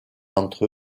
entre